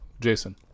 jason